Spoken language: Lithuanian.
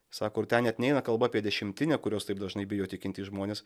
sako ir ten net neina kalba apie dešimtinę kurios taip dažnai bijo tikintys žmonės